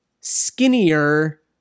skinnier